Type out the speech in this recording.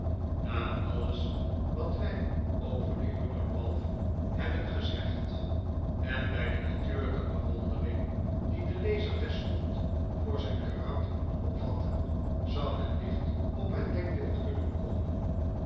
na alles wat wij over den jongen ralph hebben gezegd en bij de natuurlijke bewondering die de lezer terstond voor zijn karakter liioet opvatten zou men licht op het denkbeeld kunnen komen